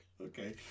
okay